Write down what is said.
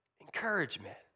encouragement